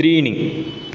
त्रीणि